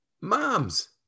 Moms